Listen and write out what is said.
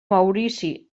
maurici